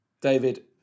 David